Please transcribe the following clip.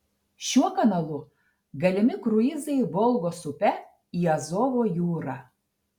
šiuo kanalu galimi kruizai volgos upe į azovo jūrą